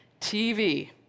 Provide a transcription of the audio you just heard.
TV